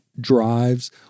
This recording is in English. drives